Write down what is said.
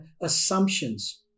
assumptions